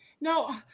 No